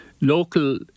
local